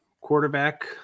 quarterback